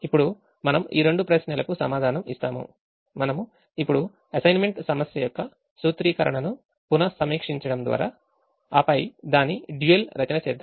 ఇప్పుడు మనం ఈ రెండు ప్రశ్నలకు సమాధానం ఇస్తాము మనము ఇప్పుడు అసైన్మెంట్ సమస్య యొక్క సూత్రీకరణను పునసమీక్షించడం ద్వారా ఆపై దాని డ్యూయల్ రచన చేద్దాం